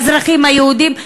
האזרחים היהודים,